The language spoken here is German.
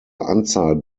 anzahl